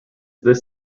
this